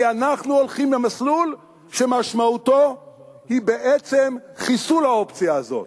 כי אנחנו הולכים למסלול שמשמעותו היא בעצם חיסול האופציה הזאת,